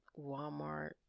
walmart